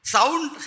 Sound